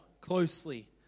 closely